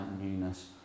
newness